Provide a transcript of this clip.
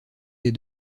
des